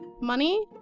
Money